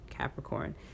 Capricorn